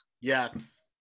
yes